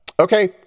Okay